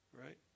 Right